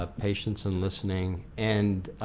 ah patience and listening and